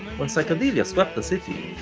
when psychedelia swept the city,